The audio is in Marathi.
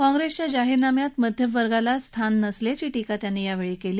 काँप्रेसच्या जाहीरनाम्यात मध्यमवर्गाला स्थान नसल्याची टीका त्यांनी केली